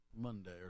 Monday